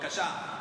בבקשה,